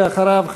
ואחריו,